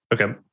Okay